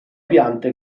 piante